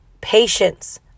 patience